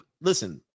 listen